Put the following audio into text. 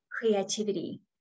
creativity